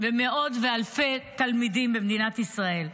מאות ואלפי תלמידים במדינת ישראל.